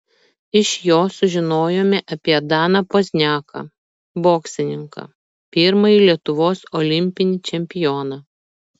iš jo sužinojome apie daną pozniaką boksininką pirmąjį lietuvos olimpinį čempioną